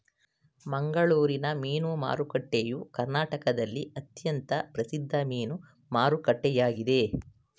ಮಂಗಳೂರಿನ ಮೀನು ಮಾರುಕಟ್ಟೆಯು ಕರ್ನಾಟಕದಲ್ಲಿ ಅತ್ಯಂತ ಪ್ರಸಿದ್ಧ ಮೀನು ಮಾರುಕಟ್ಟೆಯಾಗಿದೆ